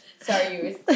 Sorry